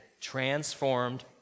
transformed